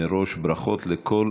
מראש, ברכות לכל